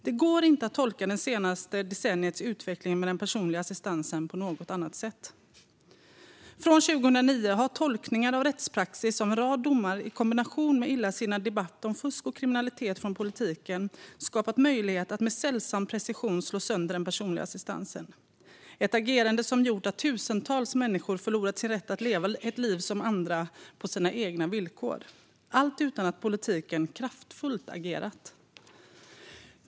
Det går inte att tolka det senaste decenniets utveckling med den personliga assistansen på något annat sätt. Från 2009 har tolkningar av rättspraxis av en rad domar, i kombination med en illasinnad debatt om fusk och kriminalitet från politiken, skapat möjlighet att med sällsam precision slå sönder den personliga assistansen. Det är ett agerande som har gjort att tusentals människor har förlorat sin rätt att leva ett liv som andra på sina egna villkor, allt utan att politiken kraftfullt har agerat.